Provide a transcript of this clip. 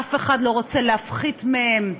אף אחד לא רוצה להפחית מהם כלים,